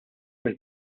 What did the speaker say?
mill